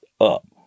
up